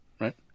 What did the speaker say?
right